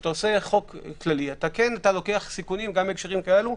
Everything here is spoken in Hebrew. כשאתה עושה חוק כללי אתה לוקח סיכונים גם בהקשרים כאלה.